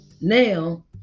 now